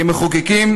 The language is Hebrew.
כמחוקקים,